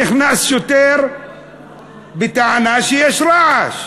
נכנס שוטר בטענה שיש רעש.